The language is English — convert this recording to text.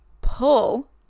pull